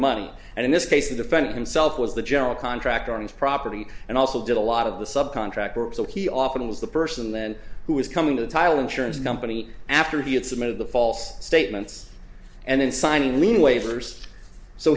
money and in this case the defendant himself was the general contractor on his property and also did a lot of the sub contract work so he often was the person then who was coming to the title insurance company after he had some of the false statements and then sign waivers so